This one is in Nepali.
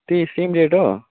त्यही सेम रेट हो